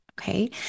okay